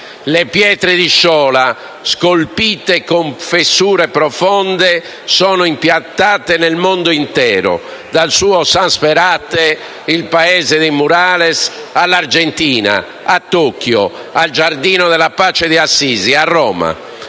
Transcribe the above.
Le pietre di Sciola, scolpite con fessure profonde, sono impiantate nel mondo intero, dal suo San Sperate, il paese dei *murales*, all'Argentina, a Tokyo, al Giardino della pace di Assisi, a Roma.